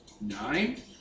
Nine